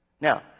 Now